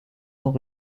sont